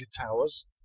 Towers